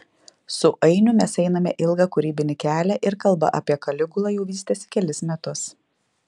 su ainiu mes einame ilgą kūrybinį kelią ir kalba apie kaligulą jau vystėsi kelis metus